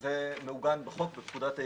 זה מעוגן בחוק, בפקודת היערות.